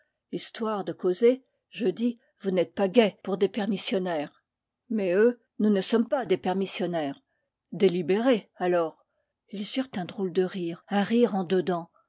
histoire de causer je dis vous n'êtes pas gais pour des permissionnaires r mais eux nous ne sommes pas des permissionnaires des libérés alors ils eurent un drôle de rire un rire en dedans